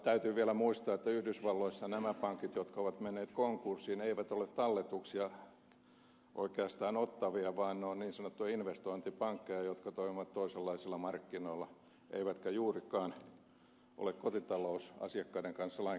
täytyy vielä muistaa että yhdysvalloissa nämä pankit jotka ovat menneet konkurssiin eivät ole talletuksia oikeastaan ottavia vaan ne ovat niin sanottuja investointipankkeja jotka toimivat toisenlaisilla markkinoilla eivätkä juurikaan ole kotitalousasiakkaiden kanssa lainkaan tekemisissä